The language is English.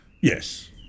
yes